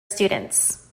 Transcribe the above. students